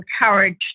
encouraged